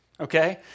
Okay